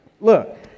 Look